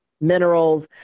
minerals